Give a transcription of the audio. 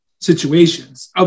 situations